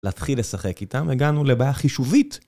להתחיל לשחק איתם, הגענו לבעיה חישובית,